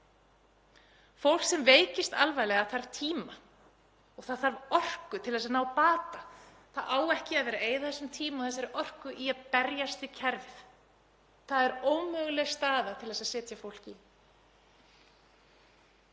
Fólk sem veikist alvarlega þarf tíma og það þarf orku til að ná bata. Það á ekki að vera að eyða þessum tíma og þessari orku í að berjast við kerfið. Það er ómöguleg staða að setja fólk í.